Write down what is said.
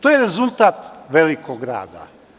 To je rezultat velikog rada.